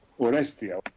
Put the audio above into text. Orestia